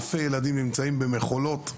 אלפי ילדים נמצאים במכולות.